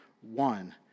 one